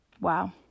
Wow